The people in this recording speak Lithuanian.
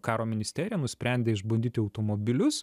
karo ministerija nusprendė išbandyti automobilius